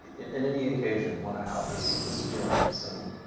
in in any occasion, want to have this this feeling of sanuk.